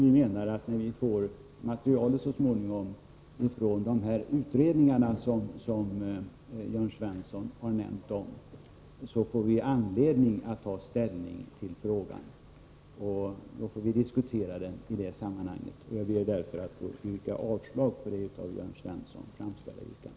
Vi menar att när vi så småningom fått material från de utredningar som Jörn Svensson nämnde får vi ta ställning till frågan. Då kan vi diskutera frågan. Jag ber därför att få yrka avslag på det av Jörn Svensson framställda yrkandet.